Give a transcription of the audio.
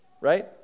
right